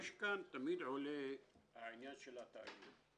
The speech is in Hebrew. תמיד עולה העניין של התאגיד,